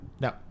no